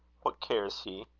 what cares he?